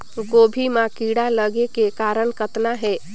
गोभी म कीड़ा लगे के कारण कतना हे?